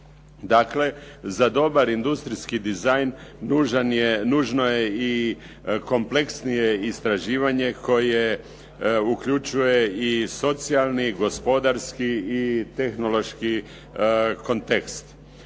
Dakle, za dobar industrijski dizajn nužno je i kompleksnije istraživanje koje uključuje i socijalni i gospodarski i tehnološki kontekst.